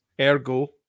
ergo